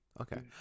okay